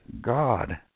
God